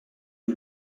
you